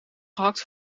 gehakt